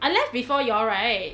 I left before you all right